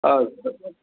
अस्तु अस्तु